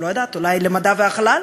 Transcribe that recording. לא יודעת, אולי למדע והחלל?